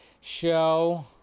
show